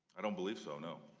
i don't believe so, no.